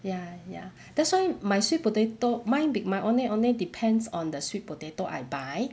ya ya that's why my sweet potato mine big my ondeh-ondeh depends on the sweet potato I buy